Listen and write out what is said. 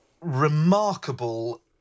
remarkable